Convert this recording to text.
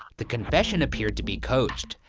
the confession appeared to be coached,